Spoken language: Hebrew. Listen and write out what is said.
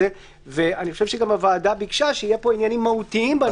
ואני חושב שגם הוועדה ביקשה שיהיו עניינים מהותיים בנוהל.